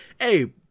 Hey